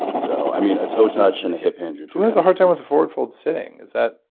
so, i mean a toe touch and a hip hinge are who has a hard time with the forward fold sitting? is that?